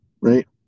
right